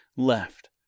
Left